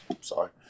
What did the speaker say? sorry